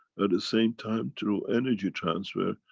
at the same time, through energy transfer,